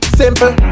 simple